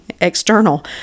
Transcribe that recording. external